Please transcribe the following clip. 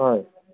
হয়